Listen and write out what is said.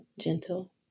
Gentle